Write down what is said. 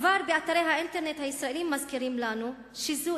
כבר באתרי האינטרנט הישראליים מזכירים לנו שזו